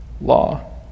law